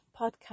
podcast